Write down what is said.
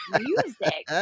music